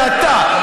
זה אתה,